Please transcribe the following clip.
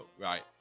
Right